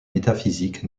métaphysique